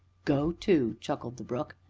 go to! chuckled the brook,